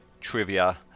trivia